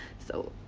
so